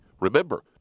Remember